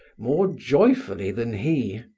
more joyfully than he.